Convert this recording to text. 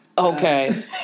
Okay